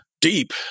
deep